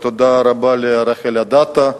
ותודה רבה לרחל אדטו.